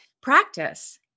Practice